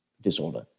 disorder